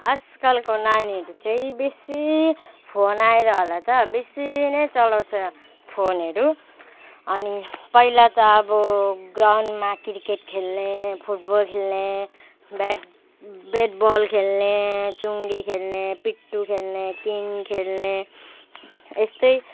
आजकालको नानीहरू चाहिँ बेसी फोन आएर होला त बेसी नै चलाउँछ फोनहरू अनि पहिला त अब ग्राउन्डमा क्रिकेट खेल्ने फुटबल खेल्ने ब्याट ब्याट बल खेल्ने चुङ्गी खेल्ने पिट्टू खेल्ने किङ खेल्ने यस्तै